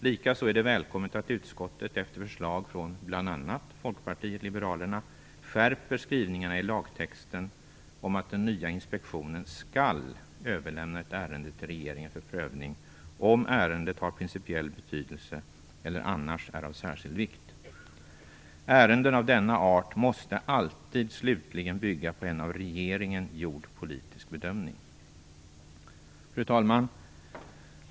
Likaså är det välkommet att utskottet efter förslag från bl.a. Folkpartiet liberalerna skärper skrivningarna i lagtexten om att den nya inspektionen skall överlämna ett ärende till regeringen för prövning, om ärendet har principiell betydelse eller annars är av särskild vikt. Ärenden av denna art måste alltid slutligen bygga på en av regeringen gjord politisk bedömning. Fru talman!